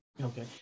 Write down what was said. Okay